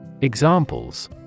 Examples